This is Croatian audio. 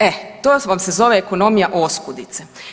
E to vam se zove ekonomija oskudice.